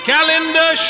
Calendar